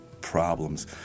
problems